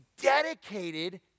dedicated